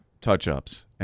touch-ups